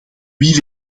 wie